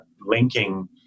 linking